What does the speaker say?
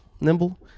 nimble